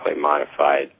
modified